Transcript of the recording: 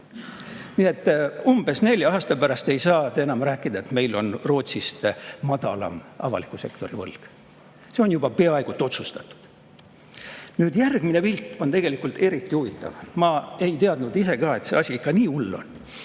Nii et umbes nelja aasta pärast ei saa enam rääkida, et meil on Rootsist madalam avaliku sektori võlg. See on juba peaaegu otsustatud. Järgmine pilt on eriti huvitav. Ma ei teadnud ise ka, et see asi ikka nii hull on.